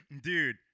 dude